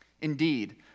Indeed